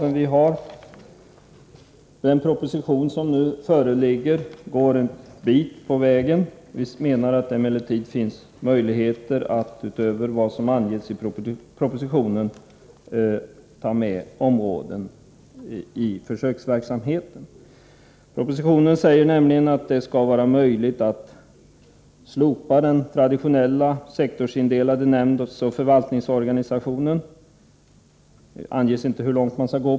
Den föreliggande propositionen innebär att vi går en bit på vägen. Enligt vår åsikt finns det möjligheter att, utöver vad som anges i propositionen, även ta med andra områden i försöksverksamheten. I propositionen står det nämligen att det är möjligt att slopa den traditionella sektorsindelade nämndsoch förvaltningsorganisationen. Det anges inte hur långt man tänker gå.